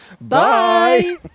bye